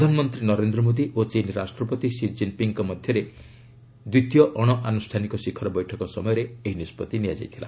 ପ୍ରଧାନମନ୍ତ୍ରୀ ନରେନ୍ଦ୍ର ମୋଦୀ ଓ ଚୀନ୍ ରାଷ୍ଟ୍ରପତି ଷି ଜିନ୍ପିଙ୍ଗ୍ଙ୍କ ମଧ୍ୟରେ ଦ୍ୱିତୀୟ ଅଣଆନୁଷ୍ଠାନିକ ଶିଖର ବୈଠକ ସମୟରେ ଏହି ନିଷ୍ପଭି ନିଆଯାଇଥିଲା